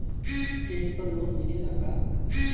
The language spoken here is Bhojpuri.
खेत पर लोन मिलेला का?